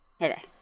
Okay